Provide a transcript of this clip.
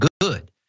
good